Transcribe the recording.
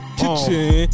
kitchen